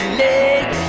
late